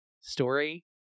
story